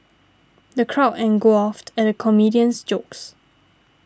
the crowd and guffawed at the comedian's jokes